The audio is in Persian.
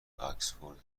آکسفورد